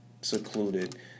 secluded